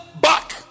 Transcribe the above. back